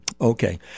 Okay